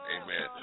amen